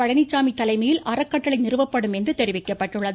பழனிசாமி தலைமையில் அறக்கட்டளை நிறுவப்படும் என்றும் தெரிவிக்கப்பட்டுள்ளது